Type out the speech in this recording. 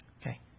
Okay